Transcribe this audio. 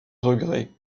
regret